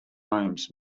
homes